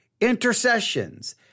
intercessions